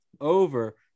over